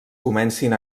comencin